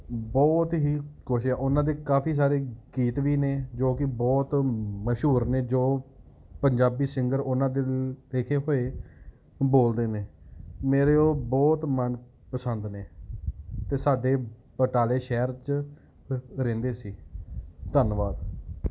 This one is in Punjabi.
ਬਹੁਤ ਹੀ ਕੁਛ ਆ ਉਹਨਾਂ ਦੇ ਕਾਫ਼ੀ ਸਾਰੇ ਗੀਤ ਵੀ ਨੇ ਜੋ ਕਿ ਬਹੁਤ ਮਸ਼ਹੂਰ ਨੇ ਜੋ ਪੰਜਾਬੀ ਸਿੰਗਰ ਉਹਨਾਂ ਦੇ ਲਿਖੇ ਹੋਏ ਬੋਲਦੇ ਨੇ ਮੇਰੇ ਉਹ ਬਹੁਤ ਮਨਪਸੰਦ ਨੇ ਅਤੇ ਸਾਡੇ ਬਟਾਲੇ ਸ਼ਹਿਰ 'ਚ ਹੀ ਰਹਿੰਦੇ ਸੀ ਧੰਨਵਾਦ